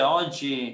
oggi